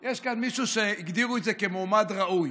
יש כאן מישהו שהגדירו את זה כמועמד ראוי.